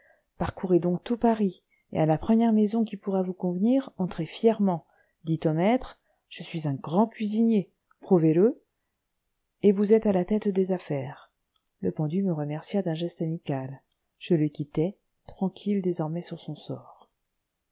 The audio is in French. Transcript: parcourez donc tout paris et à la première maison qui pourra vous convenir entrez fièrement dites au maître je suis un grand cuisinier prouvez-le et vous êtes à la tête des affaires le pendu me remercia d'un geste amical je le quittai tranquille désormais sur son sort